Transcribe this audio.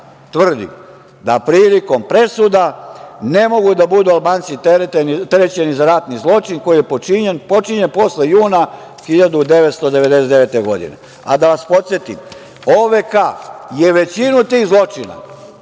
tvrdi da prilikom presuda ne mogu da budu Albanci terećeni za ratni zločin koji je počinjen posle jula 1999. godine. A da vas podsetim, OVK je većinu tih zločina